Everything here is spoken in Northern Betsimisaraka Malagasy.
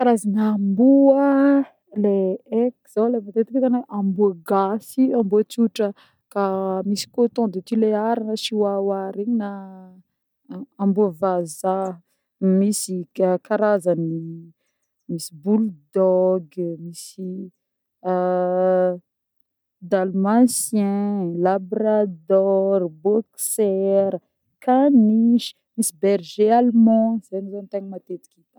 Karazagna amboa le eky zô le matetiky zô hitanô le amboa gasy amboa tsotra ka misy coton de Tuléar na chiwawa regny, na amboa vazaha misy ka- karazany misy bulldog, misy dalmatien, labrador, boxers, caniche, misy berger allemand zegny zô ny tegna matetiky hita.